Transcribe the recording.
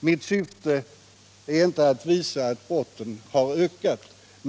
Mitt syfte är inte att visa att antalet brott har ökat.